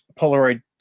Polaroid